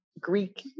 greek